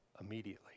immediately